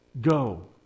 Go